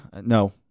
no